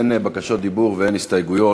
אין בקשות דיבור ואין הסתייגויות,